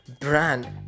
brand